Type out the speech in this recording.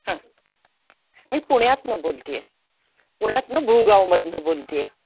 मी पुण्यातून बोलते आहे पुण्यातून भूगावमधून बोलते आहे